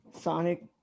Sonic